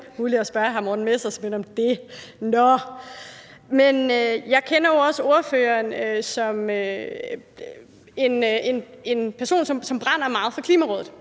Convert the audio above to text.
muligt at spørge hr. Morten Messerschmidt om det. Nå, men jeg kender jo også ordføreren som en person, som brænder meget for Klimarådet,